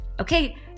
Okay